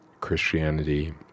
Christianity